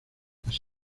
las